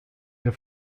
wir